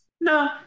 No